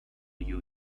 you